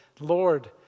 Lord